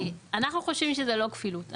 אנחנו חושבים שזה לא כפילות.